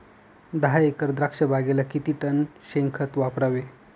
दहा एकर द्राक्षबागेला किती टन शेणखत वापरावे?